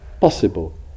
possible